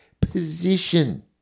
position